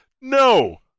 No